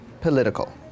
political